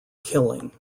killing